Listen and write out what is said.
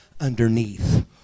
underneath